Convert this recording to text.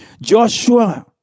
Joshua